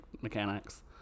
mechanics